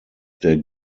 der